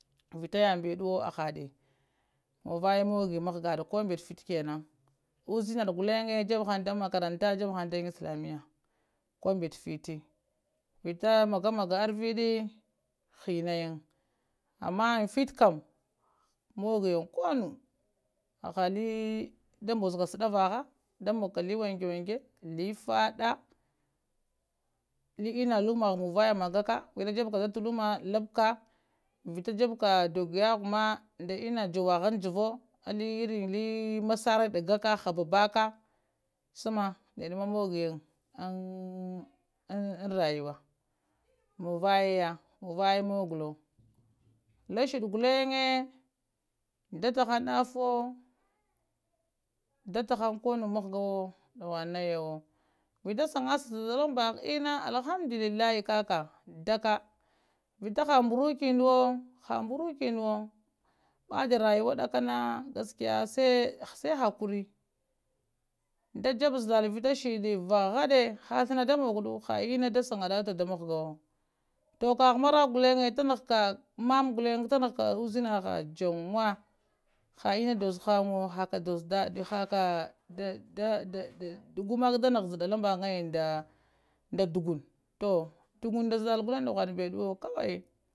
Vita yang bedduwo ahade muwaye mogi mahga koh mbett fiti kenan uzina laullen jebb hang dan makaranta jeɓɓehan dan islamiya koh mbette fitti vita magamaga arvidi ghinaunang ama an fitti kam mogiyan kol nu aha li nda mbozaka li zavaha da mogg ka li wanka wanka li fada li enna lumaha muwaya magaka vita jeɓɓeka da talluma laɓɓka vita jeɓɓeka dogowo yahgwe ma dan enna jowaha an jauhowo alli irin li massare ɗakka haɓaɓaka sama nɗe ma mayoyan an rayiwa muva ya muvaye mogalowo lashidi guken datta ghang daffowo dattahan koh nuwo mahgawo duhum nayawo vita sangasa zaɗalan mbaha enna alhamdulillahi kakan daɗɗa vitagha mburukulnowo aha mbunukulnowo baɗɗe rayawa dallana gaskiya sdi hakuri da jahha zaddal vita shiɗɗi vahaɗe ha thana da mowaɗo ghar enna da snagade de da mahgawo toh kaha marakua gullenge tanahka marauka gullenge uzinaha yenguwa ha enna dozowo ghangawe haka dozowo daɗɗiwo guka da naha zaddalang mbahaganede nda duggun toh duggunm nda ziddal gullenge duhum bedduwo kawai